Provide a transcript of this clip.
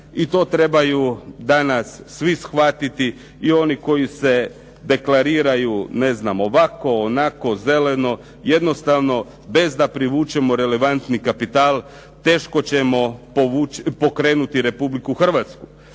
i to trebaju danas svi shvatiti, i oni koji se deklariraju ne znam, ovako, onako, zeleno, jednostavno bez da privučemo relevantni kapital teško ćemo pokrenuti Republiku Hrvatsku.